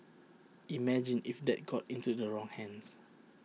imagine if that got into the wrong hands